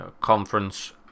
conference